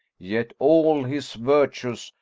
yet all his virtues,